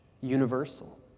universal